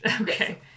Okay